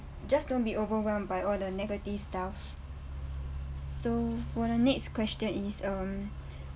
just don't be overwhelmed by all the negative stuff so for the next question is um